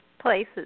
places